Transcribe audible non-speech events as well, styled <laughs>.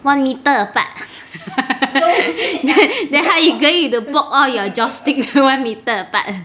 one meter apart <laughs> then how you you going to poke all your joss stick one meter apart